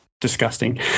Disgusting